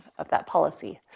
of that policy.